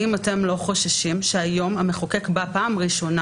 האם אתם לא חוששים שהיום המחוקק בא פעם ראשונה